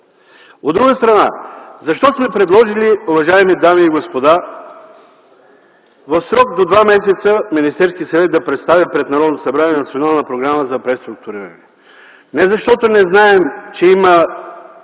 От друга страна, защо сме предложили, уважаеми дами и господа, в срок до два месеца Министерският съвет да представи пред Народното събрание национална програма за преструктуриране? Не защото не знаем, че има